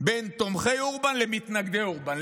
בין תומכי אורבן למתנגדי אורבן.